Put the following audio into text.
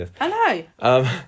Hello